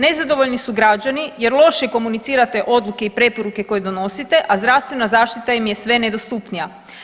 Nezadovoljni su građani jer loše komunicirate odluke preporuke koje donosite, a zdravstvena zaštita im je sve nedostupnija.